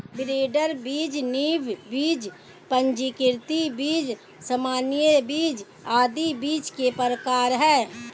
breeder बीज, नींव बीज, पंजीकृत बीज, प्रमाणित बीज आदि बीज के प्रकार है